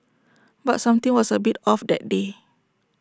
but something was A bit off that day